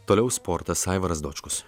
toliau sportas aivaras dočkus